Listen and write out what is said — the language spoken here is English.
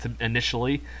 initially